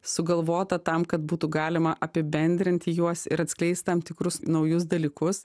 sugalvota tam kad būtų galima apibendrinti juos ir atskleist tam tikrus naujus dalykus